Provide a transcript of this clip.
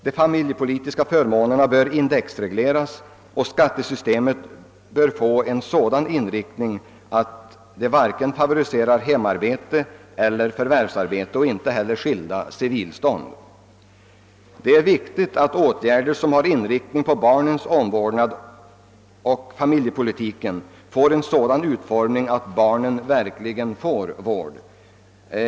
De familjepolitiska förmånerna bör indexregleras, och skattesystemet bör ges en sådan inriktning att det varken favoriserar hemarbete eller förvärvsarbete och inte heller skilda civilstånd. Det är viktigt att åtgärder inom familjepolitiken inriktar sig på barnens omvårdnad. Åtgärderna måste utformas så att barnen verkligen beredes vård.